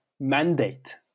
mandate